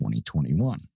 2021